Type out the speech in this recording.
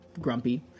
grumpy